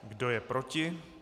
Kdo je proti?